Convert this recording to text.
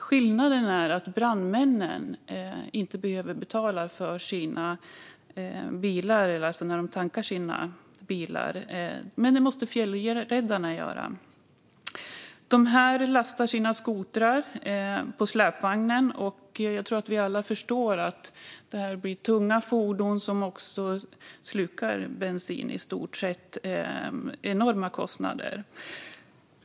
Skillnaden är att brandmännen inte behöver betala när de tankar sina bilar, men det måste fjällräddarna göra. Fjällräddarna lastar sina skotrar på släpvagnen. Och jag tror att vi alla förstår att fordonen blir tunga som slukar bensin till enorma kostnader.